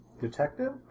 detective